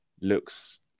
looks